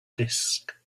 disk